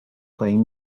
playing